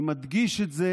אני מדגיש את זה